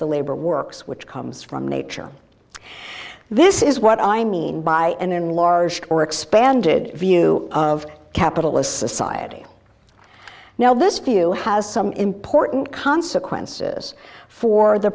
the labor works which comes from nature this is what i mean by an enlarged or expanded view of capitalist society now this few has some important consequences for the